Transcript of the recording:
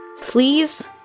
Please